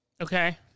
Okay